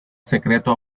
secreto